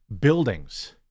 buildings